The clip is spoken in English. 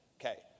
Okay